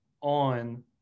on